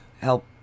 help